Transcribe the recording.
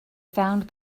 found